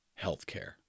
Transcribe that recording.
healthcare